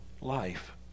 life